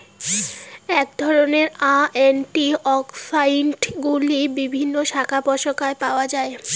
এই ধরনের অ্যান্টিঅক্সিড্যান্টগুলি বিভিন্ন শাকপাতায় পাওয়া য়ায়